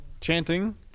Chanting